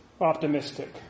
optimistic